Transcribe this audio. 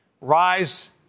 rise